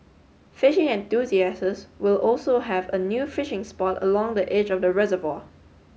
fishing enthusiasts will also have a new fishing spot along the edge of the reservoir